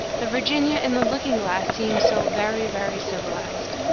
the virginia in the looking-glass seemed so very, very civilised.